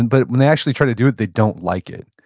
and but when they actually try to do it, they don't like it.